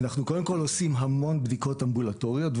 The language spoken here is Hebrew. אנחנו קודם כל עושים המון בדיקות אמבולטוריות,